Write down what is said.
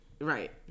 Right